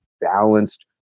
balanced